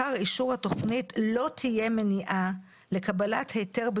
לאדם שמגיש את הבקשה לקדם את הבקשה שלו להיתר,